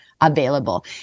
available